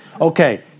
Okay